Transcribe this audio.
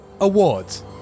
Awards